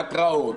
בהתראות,